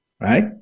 right